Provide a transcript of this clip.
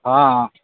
ہاں